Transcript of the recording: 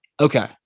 Okay